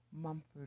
Mumford